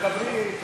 תדברי.